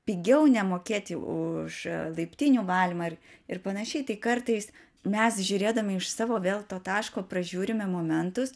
pigiau nemokėti už laiptinių valymą ir ir panašiai tai kartais mes žiūrėdami iš savo vėl to taško pražiūrime momentus